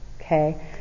Okay